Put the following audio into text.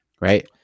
right